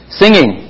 singing